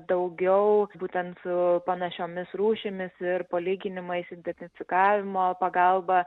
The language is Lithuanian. daugiau būtent su panašiomis rūšimis ir palyginimais identifikavimo pagalba